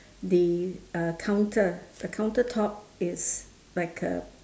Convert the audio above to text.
the uh counter the countertop is like a